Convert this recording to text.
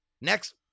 next